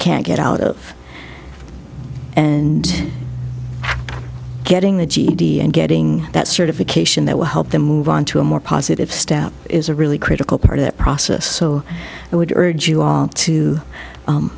can't get out of and getting the ged and getting that certification that will help them move on to a more positive step is a really critical part of that process so i would